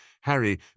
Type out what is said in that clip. Harry